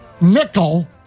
nickel